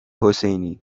حسینی